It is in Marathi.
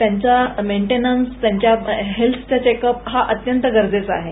त्याच्या मेंटेंनन्स त्याचा हेल्थचं चेकअप हे अत्यंत गरजेचं आहे